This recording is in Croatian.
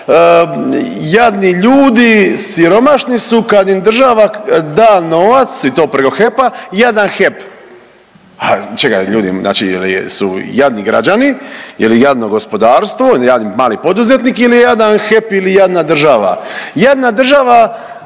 jadni ljudi, siromašni su, kad im država da novac i to preko HEP-a jadan HEP. A čekajte ljudi! Znači ili su jadni građani, je li jadno gospodarstvo, mali poduzetnik ili je jadan HEP ili jadna država.